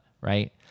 right